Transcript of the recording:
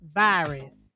virus